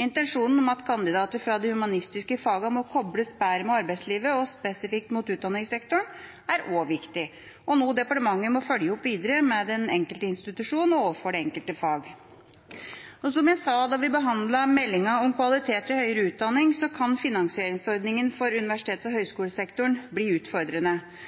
Intensjonen om at kandidater fra de humanistiske fagene må kobles bedre med arbeidslivet og spesifikt mot utdanningssektoren, er også viktig og noe departementet må følge opp videre med den enkelte institusjon og overfor det enkelte fag. Som jeg sa da vi behandlet meldingen om kvalitet i høyere utdanning, kan finansieringsordningen for UH-sektoren bli utfordrende.